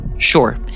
Sure